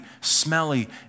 smelly